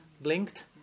blinked